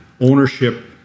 Ownership